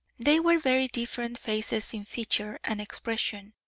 they were very different faces in feature and expression,